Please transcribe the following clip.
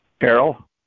Errol